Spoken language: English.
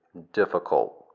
difficult.